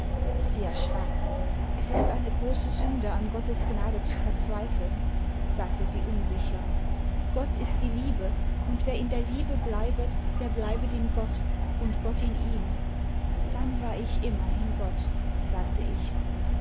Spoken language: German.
sie erschrak es ist eine große sünde an gottes gnade zu verzweifeln sagte sie unsicher gott ist die liebe und wer in der liebe bleibet der bleibet in gott und gott in ihm dann war ich immer in gott sagte ich